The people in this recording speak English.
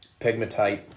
pegmatite